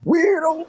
Weirdo